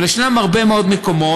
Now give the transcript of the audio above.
אבל יש הרבה מאוד מקומות.